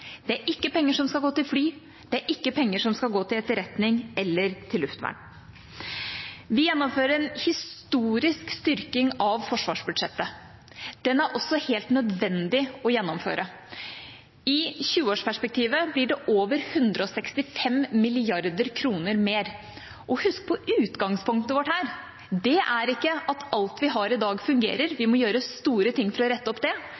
Det er ikke penger som skal gå til fly. Det er ikke penger som skal gå til etterretning eller til luftvern. Vi gjennomfører en historisk styrking av forsvarsbudsjettet. Den er også helt nødvendig å gjennomføre. I 20-årsperspektivet blir det over 165 mrd. kr mer. Og husk på utgangspunktet vårt her. Det er at ikke alt vi har i dag, fungerer, vi må gjøre store ting for å rette opp det,